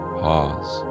pause